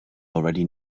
already